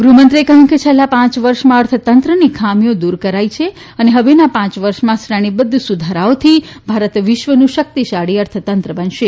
ગૃહમંત્રી એ કહ્યું કે છેલ્લાં પાંચ વર્ષમાં અર્થતંત્રની ખામીઓ દૂર કરાઈ અને હવેના પાંચ વર્ષમાં શ્રેણીબદ્ધ સુધારાઓથી ભારત વિશ્વનું શક્તિશાળી અર્થતંત્ર બનશે